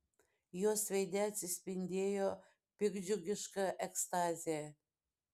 jos veide atsispindėjo piktdžiugiška ekstazė